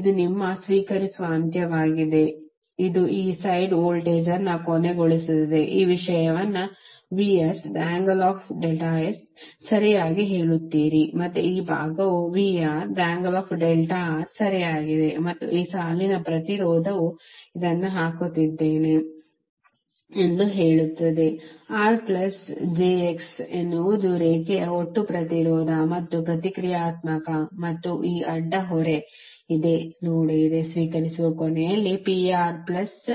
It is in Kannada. ಇದು ನಿಮ್ಮ ಸ್ವೀಕರಿಸುವ ಅಂತ್ಯವಾಗಿದೆ ಇದು ಈ ಸೈಡ್ ವೋಲ್ಟೇಜ್ ಅನ್ನು ಕೊನೆಗೊಳಿಸುತ್ತಿದೆ ಈ ವಿಷಯವನ್ನು ಸರಿಯಾಗಿ ಹೇಳುತ್ತೀರಿ ಮತ್ತು ಈ ಭಾಗವು ಸರಿಯಾಗಿದೆ ಮತ್ತು ಈ ಸಾಲಿನ ಪ್ರತಿರೋಧವು ಇದನ್ನು ಹಾಕುತ್ತಿದ್ದೇನೆ ಎಂದು ಹೇಳುತ್ತದೆ r jx ಎನ್ನುವುದು ರೇಖೆಯ ಒಟ್ಟು ಪ್ರತಿರೋಧ ಮತ್ತು ಪ್ರತಿಕ್ರಿಯಾತ್ಮಕ ಮತ್ತು ಈ ಅಡ್ಡ ಹೊರೆ ಇದೆ ಲೋಡ್ ಇದೆ ಸ್ವೀಕರಿಸುವ ಕೊನೆಯಲ್ಲಿ ಇದೆ